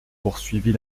poursuivit